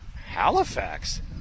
Halifax